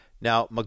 Now